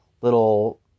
little